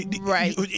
right